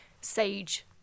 sage